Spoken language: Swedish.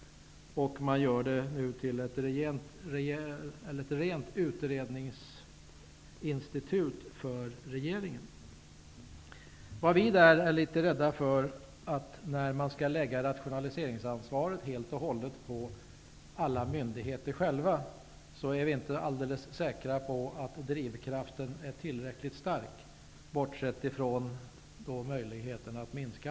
Man gör det till ett rent utredningsinstitut för regeringen. Om man bortser från den drivkraft möjligheten att minska anslagen utgör är vi inte alldeles säkra på att drivkraften för att rationalisera är tillräckligt stark när ansvaret för denna rationalisering helt och hållet läggs på myndigheterna själva.